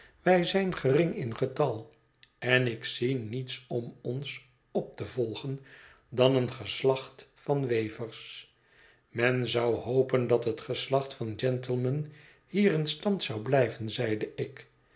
wij zijn gering in getal en ik zie niets om ons op te volgen dan een geslacht van wevers men zou hopen dat het geslacht van gentlemen hier in stand zou blijven zeide ik